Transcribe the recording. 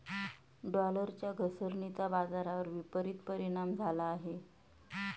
डॉलरच्या घसरणीचा बाजारावर विपरीत परिणाम झाला आहे